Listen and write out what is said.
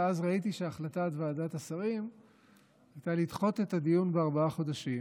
ואז ראיתי שהחלטת ועדת השרים הייתה לדחות את הדיון בארבעה חודשים.